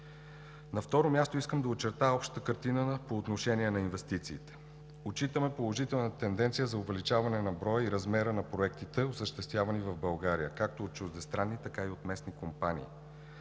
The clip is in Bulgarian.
На второ място, искам да очертая общата картина по отношение на инвестициите. Отчитаме положителна тенденция за увеличаване на броя и размера на проектите, осъществявани в България както от чуждестранни, така и от местни компании.